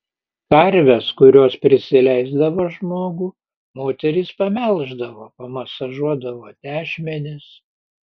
karves kurios prisileisdavo žmogų moterys pamelždavo pamasažuodavo tešmenis